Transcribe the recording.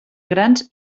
grans